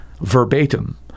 verbatim